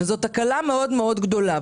זאת תקלה מאוד גדולה.